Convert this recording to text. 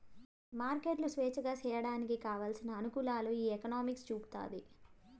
మార్కెట్లు స్వేచ్ఛగా సేసేయడానికి కావలసిన అనుకూలాలు ఈ ఎకనామిక్స్ చూపుతాది